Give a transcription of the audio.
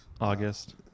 August